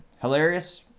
Hilarious